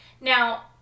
Now